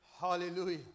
Hallelujah